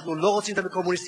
אנחנו לא רוצים את הקומוניסטים.